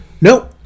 Nope